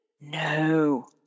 No